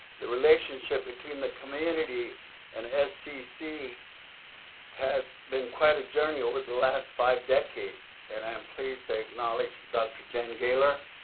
the relationship between the community and scc has been quite a journey over the last five decades. and i'm pleased to acknowledge dr. jan gehler,